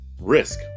Risk